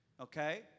Okay